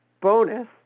bonus